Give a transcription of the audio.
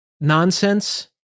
nonsense